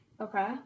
Okay